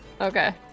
Okay